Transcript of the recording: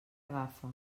agafa